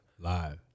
live